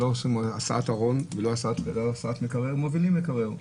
לא הסעת ארון ולא הסעת מקרר אלא מובילים מקרר.